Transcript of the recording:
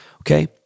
okay